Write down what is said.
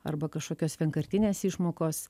arba kažkokios vienkartinės išmokos